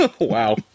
Wow